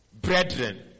brethren